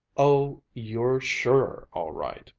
oh, you're sure, all right,